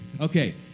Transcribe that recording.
Okay